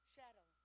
Shadow